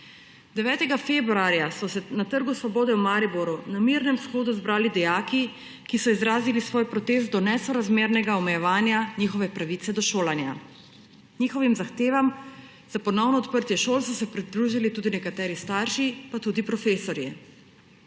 9. februarja so se na Trgu svobode v Mariboru na mirnem shodu zbrali dijaki, ki so izrazili svoj protest do nesorazmernega omejevanja njihove pravice do šolanja. Njihovim zahtevam za ponovno odprtje šol so se pridružili tudi nekateri starši, pa tudi profesorji.